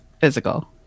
Physical